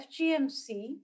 FGMC